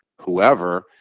whoever